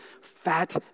fat